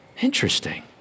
Interesting